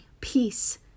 peace